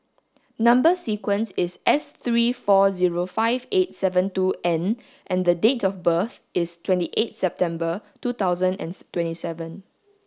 number sequence is S three four zero five eight seven two N and date of birth is twenty eight September two thousand and twenty seven